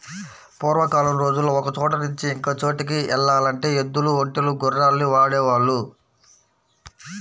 పూర్వకాలం రోజుల్లో ఒకచోట నుంచి ఇంకో చోటుకి యెల్లాలంటే ఎద్దులు, ఒంటెలు, గుర్రాల్ని వాడేవాళ్ళు